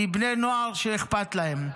מבני נוער שאכפת להם.